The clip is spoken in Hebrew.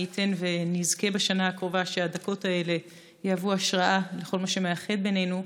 מי ייתן ונזכה בשנה הקרובה שהדקות האלה יהוו השראה לכל מה שמאחד בינינו.